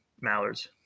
mallards